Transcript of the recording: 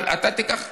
בסדר.